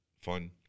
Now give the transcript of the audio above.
fun